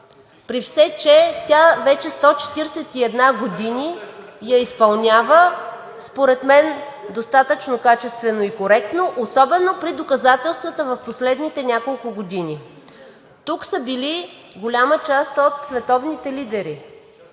при все че тя вече 141 години я изпълнява според мен достатъчно качествено и коректно особено при доказателствата в последните няколко години. Тук са били голяма част от световните лидери